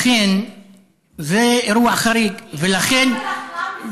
אכן זה אירוע חריג ולכן, זאת המשפחה?